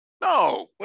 no